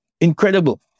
Incredible